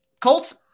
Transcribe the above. Colts